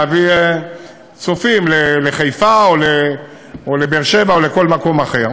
להביא צופים לחיפה או לבאר-שבע או לכל מקום אחר,